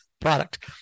product